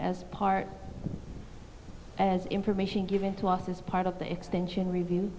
as part as information given to us as part of the extension review